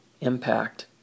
impact